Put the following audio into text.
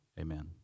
amen